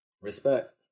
Respect